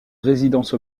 résidence